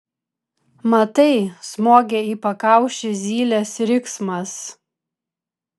matai smogė į pakaušį zylės riksmas